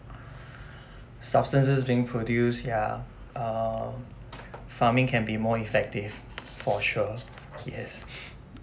substances being produced ya uh farming can be more effective for sure yes